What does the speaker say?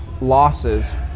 losses